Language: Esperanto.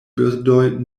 birdoj